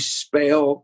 spell